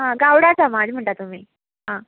आं गावडा समाज म्हणटा तुमी आं